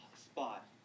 spot